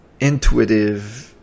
intuitive